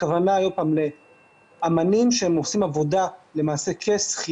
הכוונה היא לאומנים שעושים עבודה כשכירים